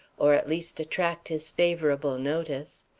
or at least attract his favorable notice.